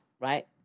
right